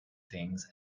things